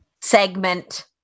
segment